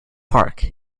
park